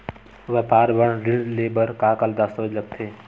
व्यापार बर ऋण ले बर का का दस्तावेज लगथे?